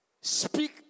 speak